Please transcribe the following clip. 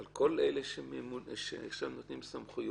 המחלקה שלך אחראית גם על כל אלה שנותנים סמכויות